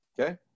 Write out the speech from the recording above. Okay